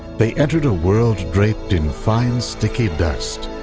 they entered a world draped in fine sticky dust,